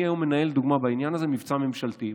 אני היום מנהל לדוגמה בעניין הזה מבצע ממשלתי.